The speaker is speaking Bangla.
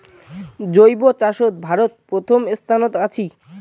জৈব চাষত ভারত প্রথম স্থানত আছি